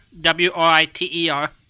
W-R-I-T-E-R